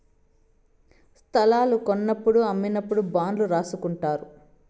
స్తలాలు కొన్నప్పుడు అమ్మినప్పుడు బాండ్లు రాసుకుంటారు